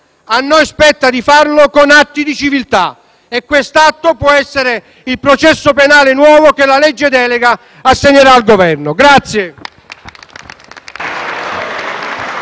a noi spetta farlo con atti di civiltà e quest'atto può essere il nuovo processo penale che la legge delega assegnerà al Governo.